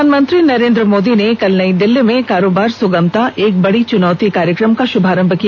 प्रधानमंत्री नरेंद्र मोदी ने कल नई दिल्ली में कारोबार सुगमता एक बड़ी चुनौती कार्यक्रम का शुभारंभ किया